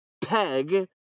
Peg